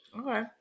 Okay